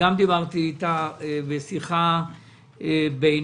גם דיברתי איתה בשיחה בינינו.